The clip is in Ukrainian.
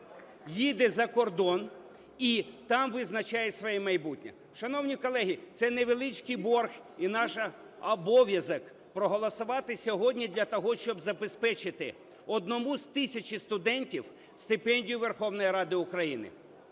їде за кордон і там визначає своє майбутнє. Шановні колеги, це невеличкий борг і наш обов'язок - проголосувати сьогодні для того, щоб забезпечити одному з тисячі студентів стипендію Верховної Ради України.